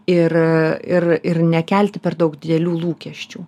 ir ir ir nekelti per daug didelių lūkesčių